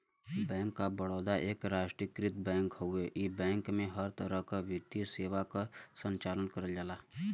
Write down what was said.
bank of Baroda एक राष्ट्रीयकृत bank हउवे इ बैंक में हर तरह क वित्तीय सेवा क संचालन करल जाला